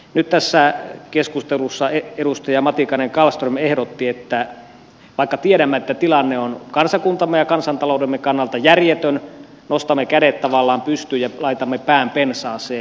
nyt tässä keskustelussa edustaja matikainen kallström ehdotti että vaikka tiedämme että tilanne on kansakuntamme ja kansantaloutemme kannalta järjetön nostamme kädet tavallaan pystyyn ja laitamme pään pensaaseen